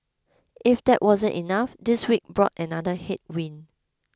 if that wasn't enough this week brought another headwind